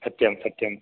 सत्यं सत्यं